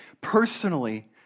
personally